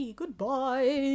Goodbye